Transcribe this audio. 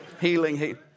Healing